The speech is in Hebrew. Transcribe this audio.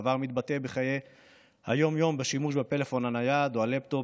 הדבר מתבטא בחיי היום-יום בשימוש בפלאפון הנייד או בלפטופ,